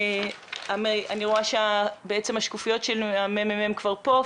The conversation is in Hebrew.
אני רואה שבעצם השקופיות של הממ"מ כבר פה.